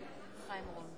אני נרשמתי.